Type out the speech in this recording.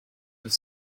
have